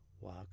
walk